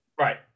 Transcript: Right